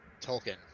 Tolkien